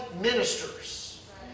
ministers